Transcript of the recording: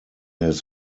his